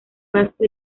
vasco